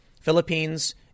Philippines